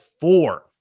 four